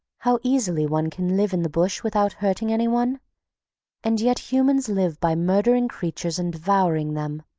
how easily one can live in the bush without hurting anyone and yet humans live by murdering creatures and devouring them.